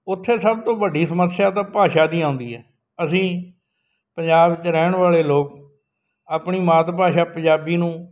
ਉੱਥੇ ਸਭ ਤੋਂ ਵੱਡੀ ਸਮੱਸਿਆ ਤਾਂ ਭਾਸ਼ਾ ਦੀਆਂ ਆਉਂਦੀ ਹੈ ਅਸੀਂ ਪੰਜਾਬ ਵਿੱਚ ਰਹਿਣ ਵਾਲੇ ਲੋਕ ਆਪਣੀ ਮਾਤ ਭਾਸ਼ਾ ਪੰਜਾਬੀ ਨੂੰ